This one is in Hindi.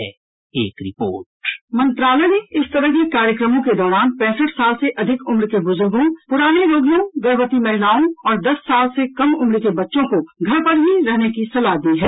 एक रिपोर्ट बाईट कामिनी ठाकुर मंत्रालय ने इस तरह के कार्यक्रमों के दौरान पैंसठ साल से अधिक उम्र के बुजुर्गों पुराने रोगियों गर्भवती महिलाओं और दस साल से कम उम्र के बच्चों को घर पर ही रहने की सलाह दी है